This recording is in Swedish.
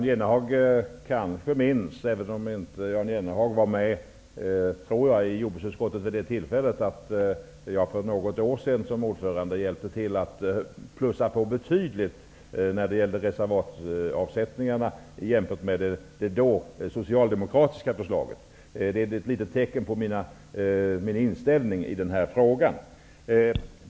Herr talman! Jag tror inte att Jan Jennehag var med i jordbruksutskottet för något år sedan, men Jan Jennehag kanske minns att jag då, som ordförande, hjälpte till att plussa på betydligt när det gällde reservatsavsättningarna, jämfört med det socialdemokratiska förslaget. Det är ett litet tecken på min inställning i den här frågan.